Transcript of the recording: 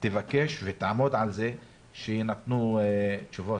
שתבקש ותעמוד על כך שיינתנו תשובות.